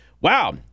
wow